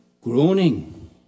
groaning